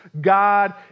God